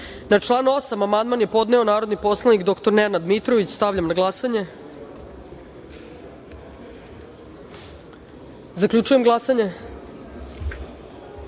član 7. amandman je podnela narodni poslanik dr Ksenija Marković. Stavljam na glasanje. Zaključujem glasanje: